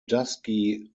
dusky